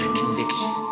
conviction